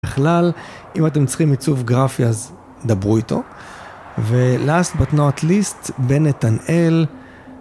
בכלל, אם אתם צריכים עיצוב גרפי, אז דברו איתו. ולאסט באט נוט ליסט, בן נתנאל.